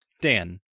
Dan